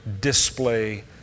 display